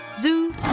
Zoo